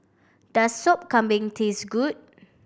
does Sup Kambing taste good